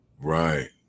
Right